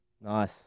Nice